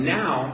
now